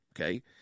okay